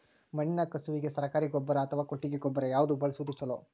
ಮಣ್ಣಿನ ಕಸುವಿಗೆ ಸರಕಾರಿ ಗೊಬ್ಬರ ಅಥವಾ ಕೊಟ್ಟಿಗೆ ಗೊಬ್ಬರ ಯಾವ್ದು ಬಳಸುವುದು ಛಲೋ?